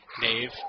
Dave